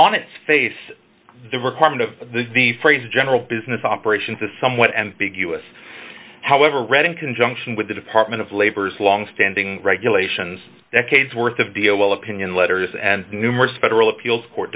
on its face the requirement of the phrase general business operations a somewhat ambiguous however reading conjunction with the department of labor's longstanding regulations decades worth of deal while opinion letters and numerous federal appeals court